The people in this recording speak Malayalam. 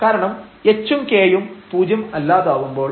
കാരണം h ഉം k യും പൂജ്യം അല്ലാതാവുമ്പോൾ